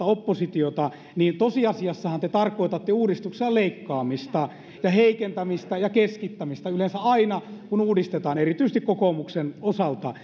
oppositiota niin tosiasiassahan te tarkoitatte uudistuksella leikkaamista ja heikentämistä ja keskittämistä yleensä aina kun uudistetaan erityisesti kokoomuksen osalta